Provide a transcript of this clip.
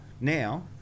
now